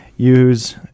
use